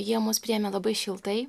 jie mus priėmė labai šiltai